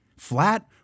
Flat